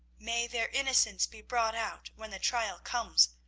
may their innocence be brought out when the trial comes,